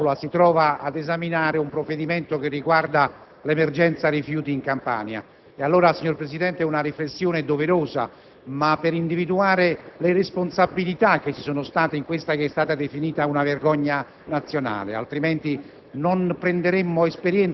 Signor Presidente, ancora una volta quest'Aula si trova ad esaminare un provvedimento che riguarda l'emergenza rifiuti in Campania. Allora, una riflessione è doverosa per individuare le responsabilità che ci sono state in questa che è stata definita una vergogna